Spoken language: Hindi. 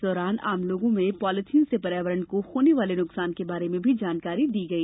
इस दौरान आमलोगों में पॉलिथिन से पर्यावरण को होने वाले नुकसान के बारे में भी जानकारी दी गई